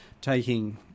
taking